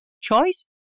Choice